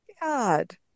God